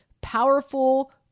powerful